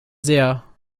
sehr